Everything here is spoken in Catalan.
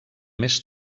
més